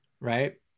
right